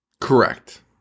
Correct